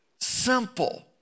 simple